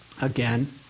again